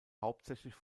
hauptsächlich